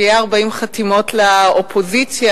שיהיו 40 חתימות לאופוזיציה,